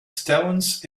stones